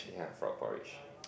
yeah frog porridge